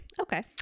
Okay